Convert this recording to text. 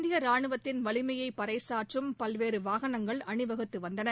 இந்திய ரானுவத்தின் வலிமையை பறைசாற்றும் பல்வேறு வாகனங்கள் அணிவகுத்து வந்தன